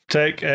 take